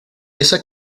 esa